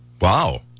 Wow